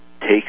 take